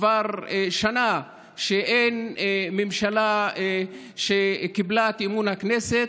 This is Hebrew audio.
כבר שנה שאין ממשלה שקיבלה את אמון הכנסת,